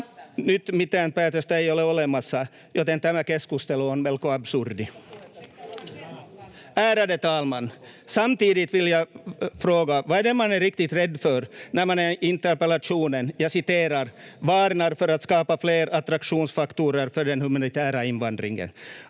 Nyt mitään päätöstä ei ole olemassa, joten tämä keskustelu on melko absurdi. Ärade talman! Samtidigt vill jag fråga: Vad är det riktigt man är rädd för när man i interpellationen — jag citerar — varnar för "att skapa fler attraktionsfaktorer för den humanitära invandringen"?